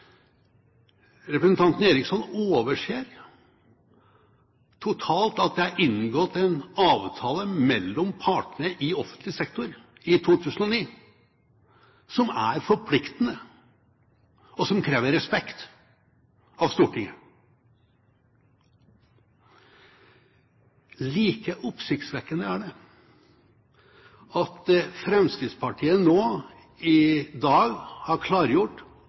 Representanten Eriksson overser totalt at det er inngått en avtale mellom partene i offentlig sektor i 2009, som er forpliktende, og som krever respekt av Stortinget. Like oppsiktsvekkende er det at Fremskrittspartiet nå i dag har klargjort